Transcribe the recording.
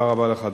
תודה רבה לך.